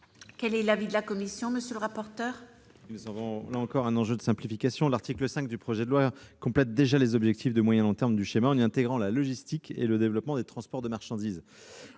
Quel est l'avis de la commission ? Il s'agit là encore d'un enjeu de simplification. L'article 5 du projet de loi complète déjà les objectifs de moyen et long terme du schéma en y intégrant la logistique et le développement des transports de marchandises.